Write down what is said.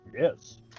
Yes